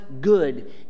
good